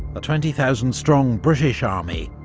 a twenty thousand strong british army,